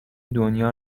دنیا